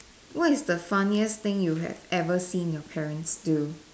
what is the funniest thing you have ever seen your parents do